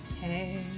Hey